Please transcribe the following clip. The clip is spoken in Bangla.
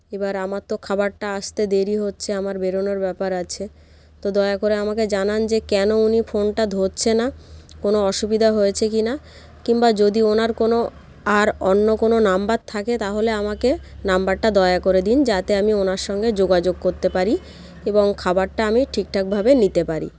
এবার আমার তো খাবারটা আসতে দেরি হচ্ছে আমার বেরোনোর ব্যাপার আছে তো দয়া করে আমাকে জানান যে কেন উনি ফোনটা ধরছে না কোনো অসুবিধা হয়েছে কিনা কিংবা যদি ওনার কোনো আর অন্য কোনো নাম্বার থাকে তাহলে আমাকে নাম্বারটা দয়া করে দিন যাতে আমি ওনার সঙ্গে যোগাযোগ করতে পারি এবং খাবারটা আমি ঠিকঠাকভাবে নিতে পারি